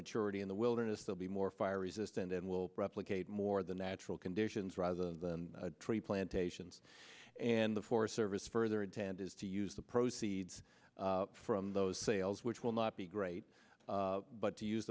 maturity in the wilderness they'll be more fire resistant and will replicate more the natural conditions rise of the tree plantations and the forest service further intent is to use the proceeds from those sales which will not be great but to use